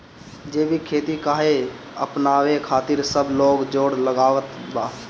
जैविक खेती काहे अपनावे खातिर सब लोग जोड़ लगावत बा?